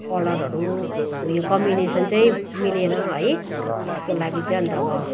कलरहरू उयो कम्बिनेसन चाहिँ मिलेन है त्यसको लागि चाहिँ अन्त अब